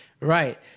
Right